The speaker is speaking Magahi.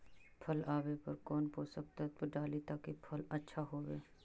फल आबे पर कौन पोषक तत्ब डाली ताकि फल आछा होबे?